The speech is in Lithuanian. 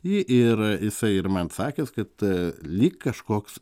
jį ir jisai ir man sakęs kad lyg kažkoks